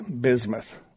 bismuth